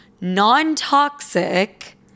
non-toxic